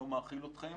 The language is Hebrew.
לא מאכיל אתכם,